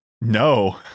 No